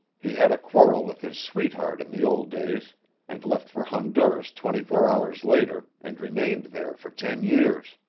he had a quarrel with his sweetheart in the old days and left for honduras twenty-four hours later and remained there for ten years.